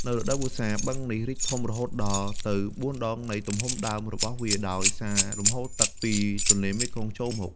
នៅរដូវវស្សា បឹងនេះរីកធំរហូតដល់ទៅ ៤ ដងនៃទំហំដើមរបស់វា ដោយសារលំហូរទឹកពីទន្លេមេគង្គចូលមក។